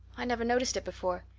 i never noticed it before.